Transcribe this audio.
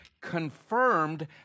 confirmed